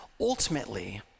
ultimately